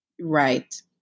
Right